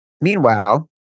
Meanwhile